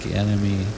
enemy